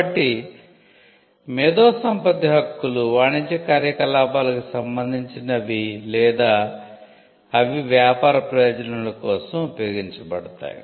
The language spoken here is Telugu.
కాబట్టి మేధో సంపత్తి హక్కులు వాణిజ్య కార్యకలాపాలకు సంబంధించినవి లేదా అవి వ్యాపార ప్రయోజనాల కోసం ఉపయోగించబడతాయి